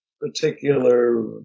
particular